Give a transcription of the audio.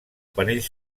panells